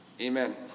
Amen